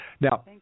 Now